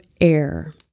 air